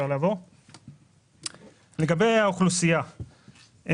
לגבי האוכלוסייה,